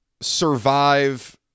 survive